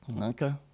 okay